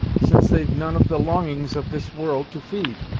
since they've none of the longings of this world to feed.